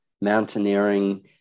mountaineering